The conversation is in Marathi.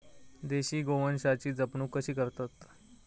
देशी गोवंशाची जपणूक कशी करतत?